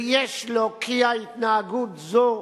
ויש להוקיע התנהגות זו